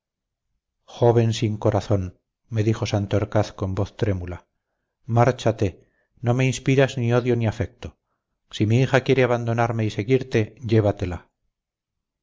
joven sin corazón me dijo santorcaz con voz trémula márchate no me inspiras ni odio ni afecto si mi hija quiere abandonarme y seguirte llévatela